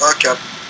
Okay